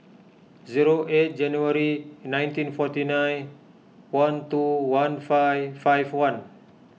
zero eight January nineteen forty nine one two one five five one